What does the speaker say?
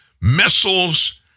missiles